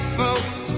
folks